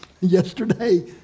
yesterday